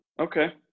Okay